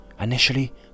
initially